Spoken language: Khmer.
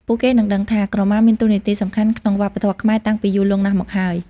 ពួកគេនឹងដឹងថា ក្រមាមានតួនាទីសំខាន់ក្នុងវប្បធម៌ខ្មែរតាំងពីយូរលង់ណាស់មកហើយ។